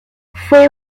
fue